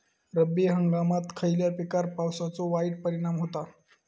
रब्बी हंगामात खयल्या पिकार पावसाचो वाईट परिणाम होता?